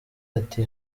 ati